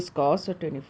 ya